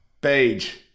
beige